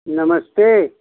नमस्ते